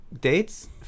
dates